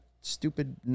stupid